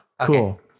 Cool